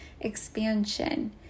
Expansion